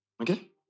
Okay